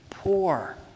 poor